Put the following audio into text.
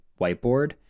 whiteboard